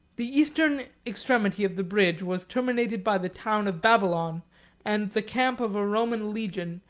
the eastern extremity of the bridge was terminated by the town of babylon and the camp of a roman legion,